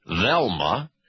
Velma